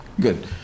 good